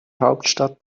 hauptstadt